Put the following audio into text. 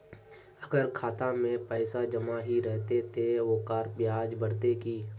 अगर खाता में पैसा जमा ही रहते ते ओकर ब्याज बढ़ते की?